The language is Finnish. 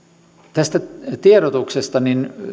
tästä tiedotuksesta